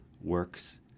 works